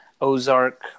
ozark